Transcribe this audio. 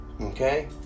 okay